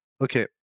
Okay